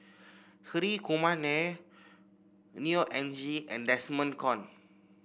Hri Kumar Nair Neo Anngee and Desmond Kon